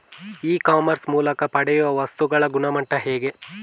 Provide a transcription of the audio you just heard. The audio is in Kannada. ಇ ಕಾಮರ್ಸ್ ಮೂಲಕ ಪಡೆಯುವ ವಸ್ತುಗಳ ಗುಣಮಟ್ಟ ಹೇಗೆ?